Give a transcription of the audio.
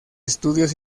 estudios